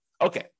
Okay